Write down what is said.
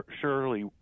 surely